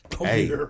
Hey